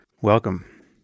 Welcome